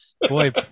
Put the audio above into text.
boy